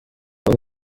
aba